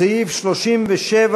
סעיף 37,